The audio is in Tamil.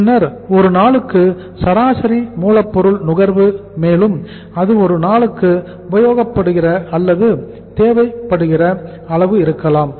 பின்னர் ஒரு நாளுக்கு சராசரி மூலப்பொருள்கள் நுகர்வு மேலும் அது ஒரு நாளுக்கு உபயோகப்படுகிற அல்லது தேவைப்படுகிற அளவு இருக்கலாம்